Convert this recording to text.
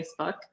Facebook